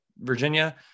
Virginia